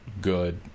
good